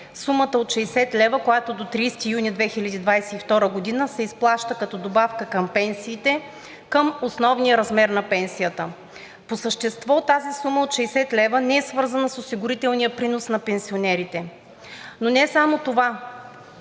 сумата от 60 лв., която до 30 юни 2022 г. се изплаща като добавка към пенсиите, към основния размер на пенсията. По същество тази сума от 60 лв. не е свързана с осигурителния принос на пенсионерите, но не е само това.